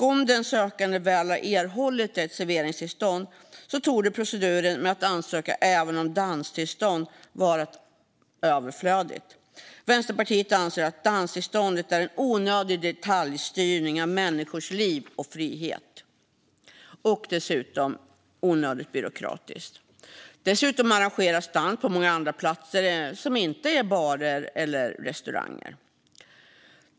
Om den sökande väl har erhållit ett serveringstillstånd torde proceduren med att ansöka även om danstillstånd vara överflödig. Vänsterpartiet anser att danstillståndet är en onödig detaljstyrning av människors liv och frihet och dessutom onödigt byråkratiskt. Dessutom arrangeras dans på många andra platser som inte är barer eller restauranger.